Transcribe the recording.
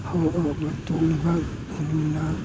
ꯍꯔꯥꯎ ꯍꯔꯥꯎꯅ ꯇꯣꯡꯂꯤꯕꯒꯨꯝꯅ